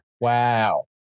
Wow